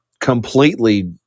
completely